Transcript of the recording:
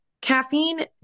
caffeine